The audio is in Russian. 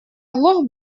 оглох